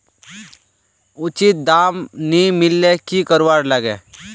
उचित दाम नि मिलले की करवार लगे?